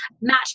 match